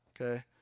okay